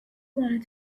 wanted